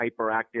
hyperactive